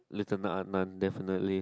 lieutenant Adnan definitely